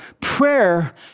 Prayer